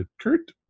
Kurt